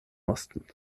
osten